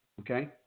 Okay